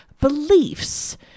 beliefs